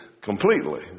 completely